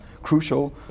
crucial